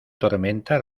tormenta